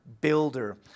builder